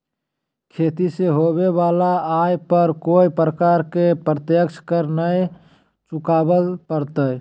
खेती से होबो वला आय पर कोय प्रकार के प्रत्यक्ष कर नय चुकावय परतय